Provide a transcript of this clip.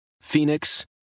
Phoenix